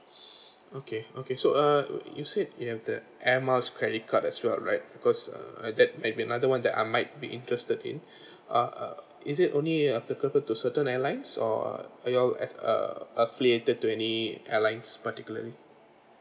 okay okay so uh you said you have that Air Miles credit card as well right because uh that maybe another one that I might be interested in uh is it only applicable to certain airlines or you all uh affiliated to any airlines particularly